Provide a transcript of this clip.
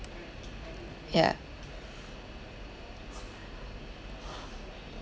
yeah